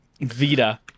Vita